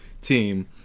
team